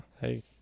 Hey